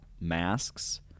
masks